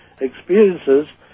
experiences